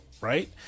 right